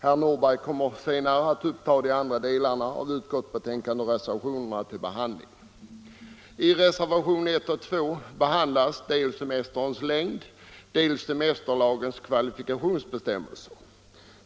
Herr Nordberg kommer att uppta de andra delarna av betänkandet och de andra reservationerna till behandling. Reservationerna 1 och 2 behandlar dels semesterns längd, dels semesterlagens kvalifikationsbestämmelser.